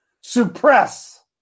suppress